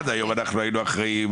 עד היום אנחנו היינו אחראים,